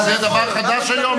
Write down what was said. זה לא נאום.